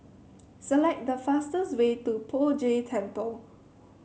select the fastest way to Poh Jay Temple